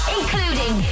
Including